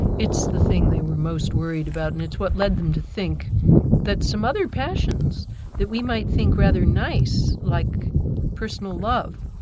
it's the thing they were most worried about, and it's what led them to think that some other passions that we might think rather nice, like personal love,